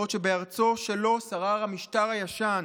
בעוד בארצו שלו שרר 'המשטר הישן',